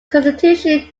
constitution